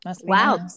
Wow